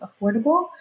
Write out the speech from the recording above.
affordable